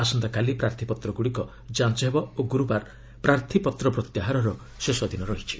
ଆସନ୍ତାକାଲି ପ୍ରାର୍ଥୀପତ୍ରଗୁଡ଼ିକ ଯାଞ୍ଚ ହେବ ଓ ଗୁରୁବାର ପ୍ରାର୍ଥୀପତ୍ର ପ୍ରତ୍ୟାହାରର ଶେଷ ଦିନ ରହିଛି